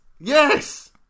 Yes